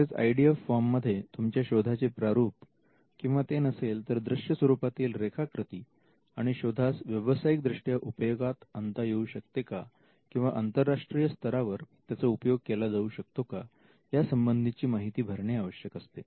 तसेच I D F form मध्ये तुमच्या शोधाचे प्रारूप किंवा ते नसेल तर दृश्य स्वरूपातील रेखाकृती आणि शोधास व्यावसायिकदृष्ट्या उपयोगात आणता येऊ शकते का किंवा आंतरराष्ट्रीय स्तरावर त्याचा उपयोग केला जाऊ शकतो का यासंबंधीची माहिती भरणे आवश्यक असते